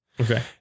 Okay